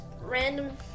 random